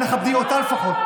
אנא, כבדי אותה לפחות.